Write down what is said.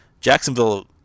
Jacksonville